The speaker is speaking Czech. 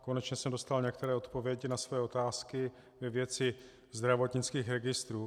Konečně jsem dostal některé odpovědi na své otázky ve věci zdravotnických registrů.